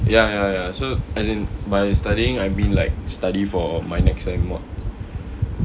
ya ya ya so as in my studying I mean like study for my next sem mod